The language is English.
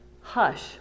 hush